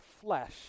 flesh